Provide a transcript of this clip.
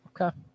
Okay